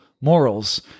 morals